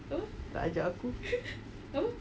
tak ajak aku